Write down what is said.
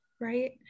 right